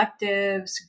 collectives